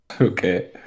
Okay